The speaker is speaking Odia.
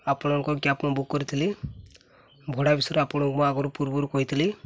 ଆପଣଙ୍କ କ୍ୟାବ୍ ମୁଁ ବୁକ୍ କରିଥିଲି ଭଡ଼ା ବିଷୟରେ ଆପଣଙ୍କୁ ମୁଁ ଆଗରୁ ପୂର୍ବରୁ କହିଥିଲି